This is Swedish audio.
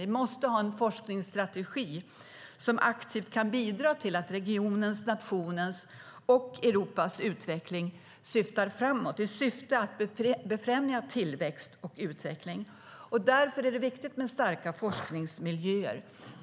Vi måste ha en forskningsstrategi som aktivt kan bidra till att regionens, nationens och Europas utveckling går framåt, i syfte att befrämja tillväxt och utveckling. Därför är det viktigt med starka forskningsmiljöer.